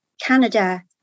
Canada